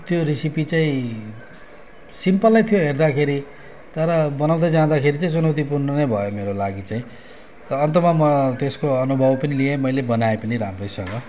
त्यो रेसिपी चाहिँ सिम्पलै थियो हेर्दाखेरि तर बनाउँदै जाँदाखेरि चाहिँ चुनौतीपूर्ण नै भयो मेरो लागि चाहिँ र अन्तमा म त्यसको अनुभव पनि लिएँ मैले बनाएँ पनि राम्रैसँग